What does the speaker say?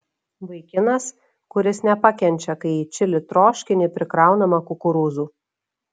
vaikinas kuris nepakenčia kai į čili troškinį prikraunama kukurūzų